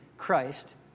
Christ